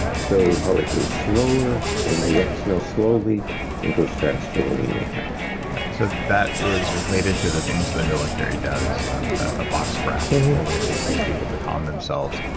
so heart rate goes slower when we exhale slowly and goes faster when we inhale so that is related to the things the military does with a box breath, where they they teach people to calm themselves.